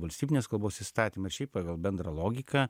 valstybinės kalbos įstatymą šiaip pagal bendrą logiką